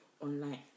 online